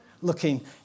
looking